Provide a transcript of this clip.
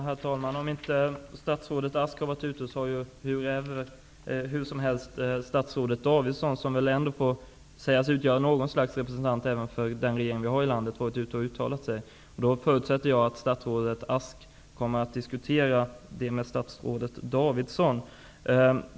Herr talman! Om inte statsrådet Ask har varit ute och diskuterat detta i medierna har i alla fall statsrådet Davidson varit ute och uttalat sig. Hon får väl ändå sägas utgöra en representant för den regering vi har här i landet. Jag förutsätter att statsrådet Ask kommer att diskutera detta med statsrådet Davidson.